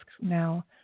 now